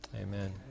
Amen